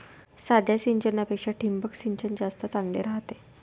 साध्या सिंचनापेक्षा ठिबक सिंचन जास्त चांगले रायते